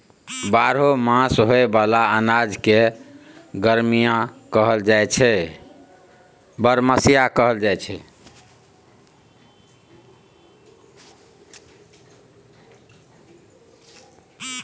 बारहो मास होए बला अनाज के बरमसिया कहल जाई छै